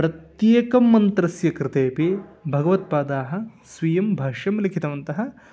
प्रत्येकं मन्त्रस्य कृतेपि भगवत्पादाः स्वीयं भाष्यं लिखितवन्तः